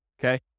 okay